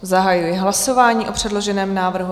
Zahajuji hlasování o předloženém návrhu.